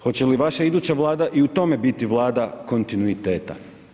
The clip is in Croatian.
Hoće li vaša iduća vlada i u tome biti vlada kontinuiteta?